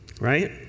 Right